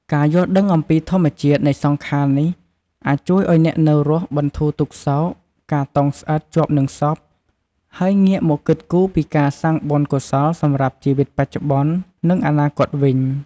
ការយល់ដឹងអំពីធម្មជាតិនៃសង្ខារនេះ អាចជួយឲ្យអ្នកនៅរស់បន្ធូរទុក្ខសោក ការតោងស្អិតជាប់នឹងសព ហើយងាកមកគិតគូរពីការកសាងបុណ្យកុសលសម្រាប់ជីវិតបច្ចុប្បន្ន និងអនាគតវិញ។